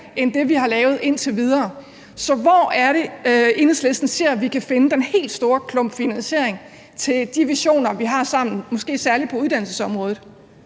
end det, vi har lavet indtil videre. Så hvor er det, Enhedslisten ser, at vi kan finde den helt store klump finansiering til de visioner, vi har sammen, måske særlig på uddannelsesområdet?